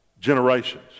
generations